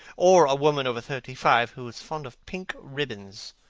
or a woman over thirty-five who is fond of pink ribbons.